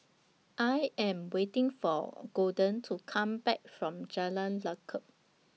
I Am waiting For Golden to Come Back from Jalan Lekub